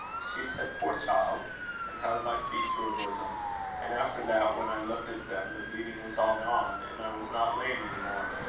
she said poor child and held my feet to her bosom and after that, when i looked at them, the bleeding was all gone, and i was not lame any more.